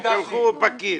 שלחו פקיד.